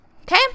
okay